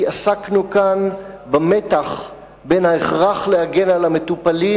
כי עסקנו כאן במתח שבין ההכרח להגן על המטופלים